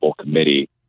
committee